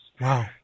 Wow